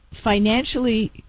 financially